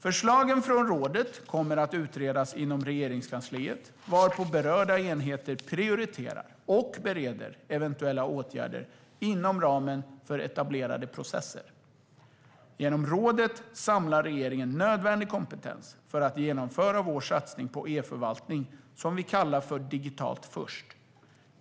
Förslagen från rådet kommer att utredas inom Regeringskansliet, varpå berörda enheter prioriterar och bereder eventuella åtgärder inom ramen för etablerade processer. Genom rådet samlar regeringen nödvändig kompetens för att genomföra vår satsning på e-förvaltning som vi kallar för "Digitalt först".